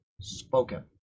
spoken